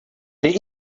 they